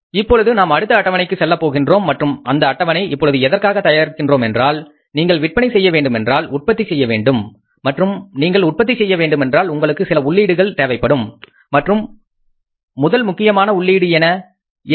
இப்பொழுது நாம் அடுத்த அட்டவணைக்கு செல்லப் போகின்றோம் மற்றும் அந்த அட்டவணை இப்பொழுது எதற்காக தயாரிக்கிறோம் என்றால் நீங்கள் விற்பனை செய்ய வேண்டுமென்றால் உற்பத்தி செய்ய வேண்டும் மற்றும் நீங்கள் உற்பத்தி செய்ய வேண்டுமென்றால் உங்களுக்கு சில உள்ளீடுகள் தேவைப்படும் மற்றும் முதல் முக்கியமான உள்ளீடு என்ன